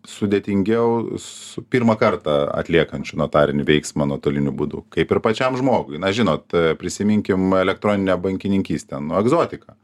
sudėtingiau su pirmą kartą atliekant notarinį veiksmą nuotoliniu būdu kaip ir pačiam žmogui na žinot prisiminkim elektroninę bankininkystę nu egzotika